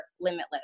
limitless